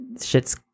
shit's